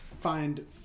Find